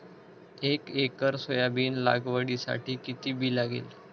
एक acre soybean लागवडीसाठी किती बी लागेल?